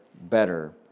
better